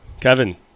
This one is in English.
Kevin